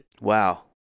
Wow